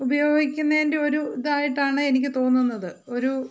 ഉപയോഗിക്കുന്നതിൻ്റെ ഒരു ഇതായിട്ടാണ് എനിക്ക് തോന്നുന്നത് ഒരു